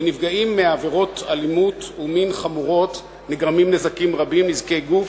לנפגעים מעבירות אלימות ומין חמורות נגרמים נזקים רבים: נזקי גוף,